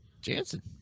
Jansen